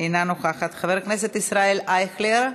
אינה נוכחת, חבר הכנסת ישראל אייכלר,